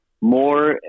more